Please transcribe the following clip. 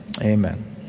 Amen